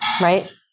right